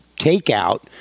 takeout